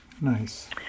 Nice